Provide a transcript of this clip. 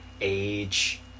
age